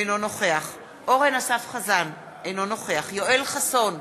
אינו נוכח אורן אסף חזן, אינו נוכח יואל חסון,